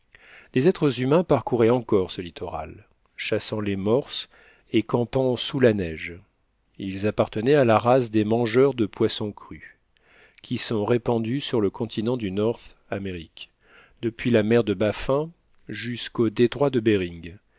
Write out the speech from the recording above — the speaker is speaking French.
des êtres humains parcouraient encore ce littoral chassant les morses et campant sous la neige ils appartenaient à la race des mangeurs de poissons crus qui sont répandus sur le continent du north amérique depuis la mer de baffin jusqu'au détroit de behring